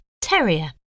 Terrier